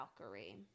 Valkyrie